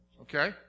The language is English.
okay